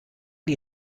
die